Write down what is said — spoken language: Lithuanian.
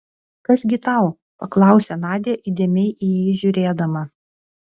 kas gi tau paklausė nadia įdėmiai į jį žiūrėdama